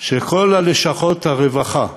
שכל לשכות הרווחה,